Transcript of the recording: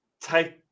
take